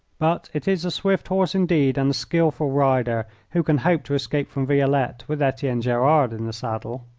but it is a swift horse indeed and a skilful rider who can hope to escape from violette with etienne gerard in the saddle.